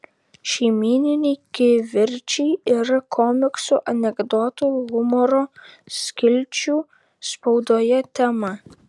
šeimyniniai kivirčai yra komiksų anekdotų humoro skilčių spaudoje tema